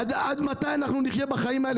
עד מתי נחיה כך?